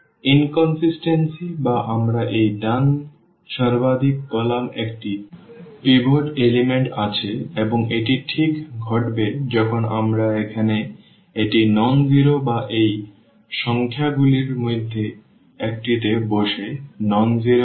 সুতরাং অসামঞ্জস্যপূর্ণ বা আমরা এই ডান সর্বাধিক কলাম একটি পিভট উপাদান আছে এবং এটি ঠিক ঘটবে যখন আমরা এখানে এটি অ শূন্য বা এই সংখ্যাগুলির মধ্যে একটিতে বসে অ শূন্য হয়